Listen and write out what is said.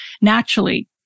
naturally